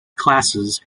classes